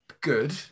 good